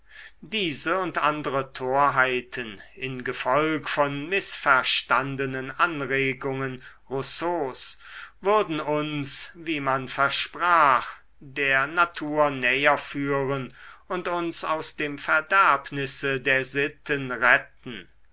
diese und andere torheiten in gefolg von mißverstandenen anregungen rousseaus würden uns wie man versprach der natur näher führen und uns aus dem verderbnisse der sitten retten